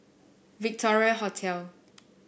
Victoria Hotel